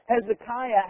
Hezekiah